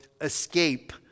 escape